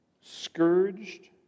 scourged